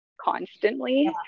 constantly